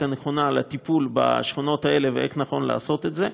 הנכונה לטיפול בשכונות האלה ואיך נכון לעשות את זה.